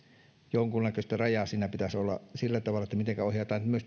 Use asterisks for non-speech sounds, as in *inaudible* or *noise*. jonkunnäköistä rajaa siinä pitäisi olla sillä tavalla mitenkä ohjataan myös *unintelligible*